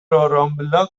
رامبلا